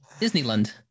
Disneyland